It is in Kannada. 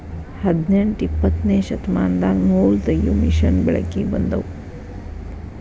ಹದನೆಂಟ ಇಪ್ಪತ್ತನೆ ಶತಮಾನದಾಗ ನೂಲತಗಿಯು ಮಿಷನ್ ಬೆಳಕಿಗೆ ಬಂದುವ